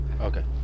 Okay